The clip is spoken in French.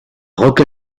rock